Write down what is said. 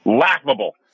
laughable